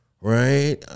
right